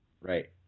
Right